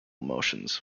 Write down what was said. motions